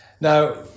Now